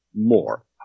more